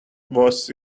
was